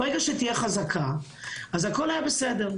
ברגע שתהיה חזקה אז הכול יהיה בסדר.